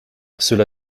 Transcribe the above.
cela